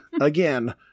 again